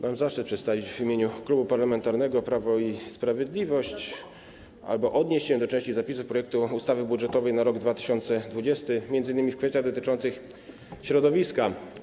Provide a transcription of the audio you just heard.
Mam zaszczyt w imieniu Klubu Parlamentarnego Prawo i Sprawiedliwość odnieść się do części zapisów projektu ustawy budżetowej na rok 2020, m.in. w kwestiach dotyczących środowiska.